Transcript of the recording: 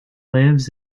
lives